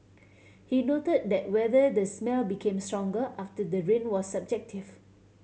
he noted that whether the smell became stronger after the rain was subjective